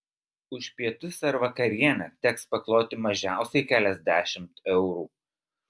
už pietus ar vakarienę teks pakloti mažiausiai keliasdešimt eurų